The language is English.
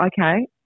okay